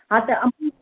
हा त अम्बु